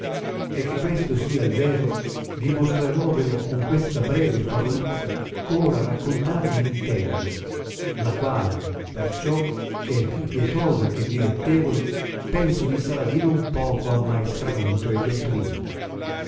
e che questo sia il vero dimostreròvelo con questa breve favoluzza ch'ora raccontarvi intendo la quale perciò che è più pietosa che dilettevole penso vi sarà di non poco ammaestramento e dottrina